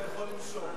אתה יכול לנשום,